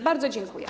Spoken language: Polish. Bardzo dziękuję.